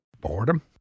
boredom